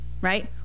right